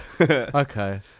Okay